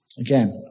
Again